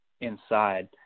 inside